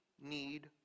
need